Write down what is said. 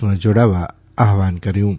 માં જોડાવા આહવાન કર્યું છે